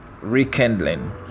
rekindling